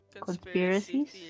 conspiracies